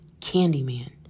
Candyman